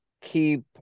keep